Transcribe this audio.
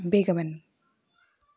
ಬೇಗ ಬನ್ನಿ